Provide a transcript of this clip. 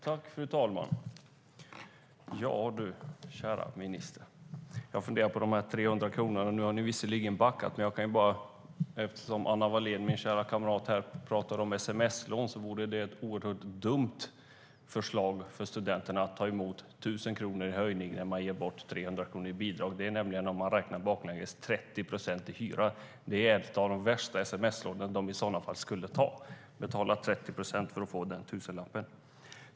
Fru talman! Ja, kära minister, jag funderar på de här 300 kronorna. Nu har ni visserligen backat, men jag kan bara, eftersom min kära kamrat Anna Wallén pratade om sms-lån, säga att det vore ett oerhört dumt förslag för studenterna att ta emot 1 000 kronor i höjning och ge bort 300 kronor i bidrag. Det är nämligen, om man räknar baklänges, 30 procent i ränta. Det skulle vara ett av de värsta sms-lånen de i sådana fall skulle kunna ta, att betala 30 procent för att få den tusenlappen.